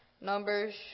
Numbers